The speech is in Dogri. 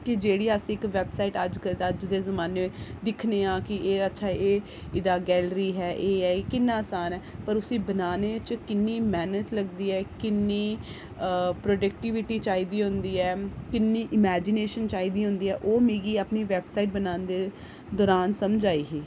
जेह्ड़ी अस इक वैबसाइट अजकल दे अज्ज दे जमाने च दिक्खनेआं कि एह् अच्छा एह् इदा गैलरी ऐ एह् बनाने च किन्नी मैह्नत लगदी ऐ किन्नी अ प्रोडक्टिविटी चाहिदी होंदी ऐ किन्नी इमेजिनेशन चाहिदी होंदी ऐ ओह् मिगी अपनी वैबसाइट बनांदे दौरान समझ आई ही